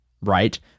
right